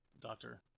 Doctor